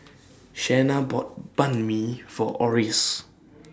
Shana bought Banh MI For Oris